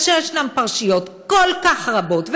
כאשר יש פרשיות כל כך רבות,